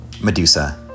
Medusa